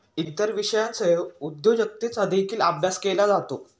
इतर विषयांसह उद्योजकतेचा देखील अभ्यास केला जातो